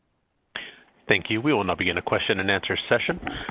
thank you. we will now begin the question and answer session.